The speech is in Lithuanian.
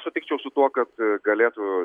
sutikčiau su tuo kad galėtų